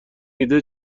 ایده